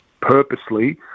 purposely